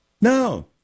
No